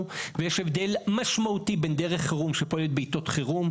ויש הבדל משמעותי בין דרך חירום שפועלת בעתות חירום.